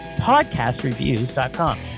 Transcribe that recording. podcastreviews.com